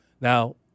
Now